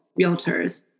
realtors